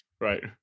right